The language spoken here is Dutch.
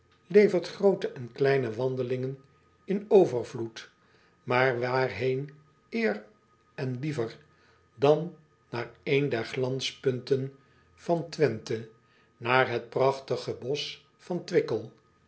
levert groote en kleine wandelingen in overvloed aar waarheen eer en liever dan naar een der glanspunten van wenthe naar het prachtig bosch van wickel